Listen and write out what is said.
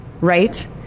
right